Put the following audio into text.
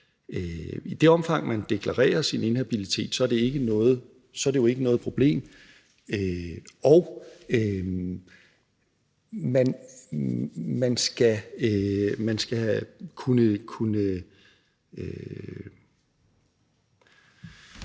i det omfang man deklarerer sin inhabilitet, er det jo ikke noget problem. Der er også et